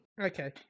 Okay